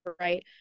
right